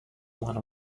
one